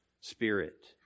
spirit